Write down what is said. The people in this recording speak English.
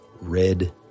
red